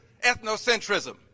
ethnocentrism